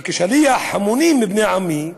וכשליח המונים מבני עמי,